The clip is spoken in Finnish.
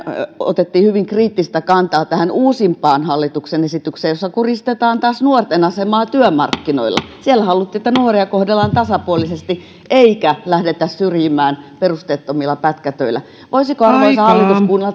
otettiin hyvin kriittistä kantaa tähän uusimpaan hallituksen esitykseen jossa taas kuristetaan nuorten asemaa työmarkkinoilla siellä haluttiin että nuoria kohdellaan tasapuolisesti eikä lähdetä syrjimään perusteettomilla pätkätöillä voisiko arvoisa hallitus kuunnella